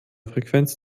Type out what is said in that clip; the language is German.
frequenz